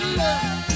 love